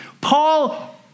Paul